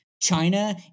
China